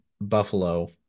Buffalo